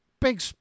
big